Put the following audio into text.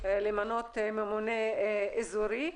למנות ממונה אזורי.